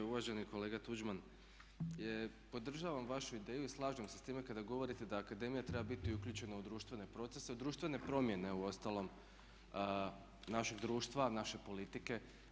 Uvaženi kolega Tuđman, podražavam vašu ideju i slažem se s time kada govorite da akademija treba biti uključena u društvene procese, u društvene promjene uostalom našeg društva, naše politike.